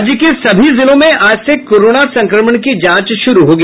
राज्य के सभी जिलों में आज से कोरोना संक्रमण की जांच शुरू होगी